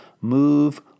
move